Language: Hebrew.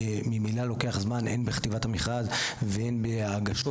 ממילא לוקח זמן הן בכתיבת המכרז והן בהגשות